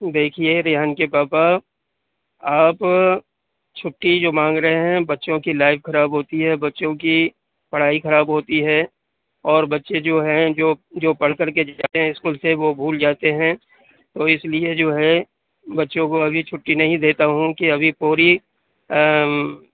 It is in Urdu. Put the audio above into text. دیکھیے ریحان کے پاپا آپ چُھٹی جو مانگ رہے ہیں بچوں کی لائف خراب ہوتی ہے بچوں کی پڑھائی خراب ہوتی ہے اور بچے جو ہیں جو جو پڑھ کر کے جاتے ہیں اسکول سے وہ بھول جاتے ہیں تو اِس لیے جو ہے بچوں کو ابھی چُھٹی نہیں دیتا ہوں کہ ابھی پوری